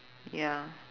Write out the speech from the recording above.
ya